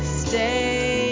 stay